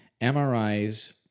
MRIs